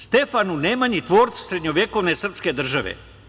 Stefanu Nemanji tvorcu srednjevekovne srpske države.